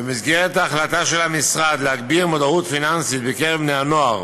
במסגרת ההחלטה של המשרד להגביר את המודעות הפיננסית בקרב בני הנוער,